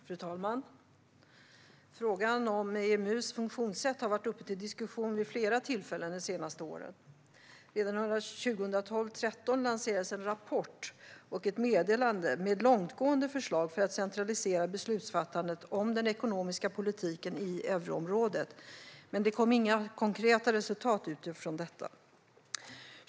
Fru talman! Frågan om EMU:s funktionssätt har varit uppe till diskussion vid flera tillfällen de senaste åren. Redan 2012/13 lanserades en rapport och ett meddelande med långtgående förslag för att centralisera beslutsfattandet om den ekonomiska politiken i euroområdet. Men det kom inga konkreta resultat utifrån detta.